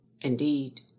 Indeed